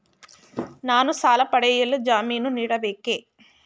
ನಾನು ಸಾಲ ಪಡೆಯಲು ಜಾಮೀನು ನೀಡಬೇಕೇ?